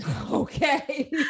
okay